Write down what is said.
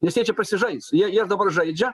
nes jie čia pasižais jie jie ir dabar žaidžia